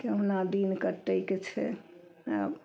कहुना दिन कटयके छै आब